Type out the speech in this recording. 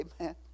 Amen